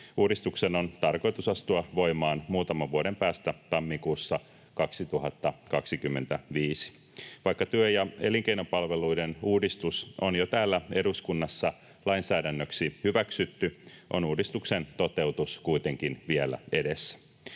Uudistuksen on tarkoitus astua voimaan muutaman vuoden päästä, tammikuussa 2025. Vaikka työ- ja elinkeinopalveluiden uudistus on jo täällä eduskunnassa lainsäädännöksi hyväksytty, on uudistuksen toteutus kuitenkin vielä edessä.